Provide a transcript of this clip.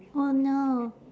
oh no